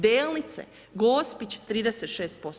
Delnice, Gospić 36%